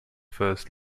first